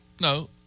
No